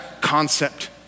concept